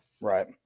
Right